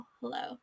hello